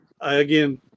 Again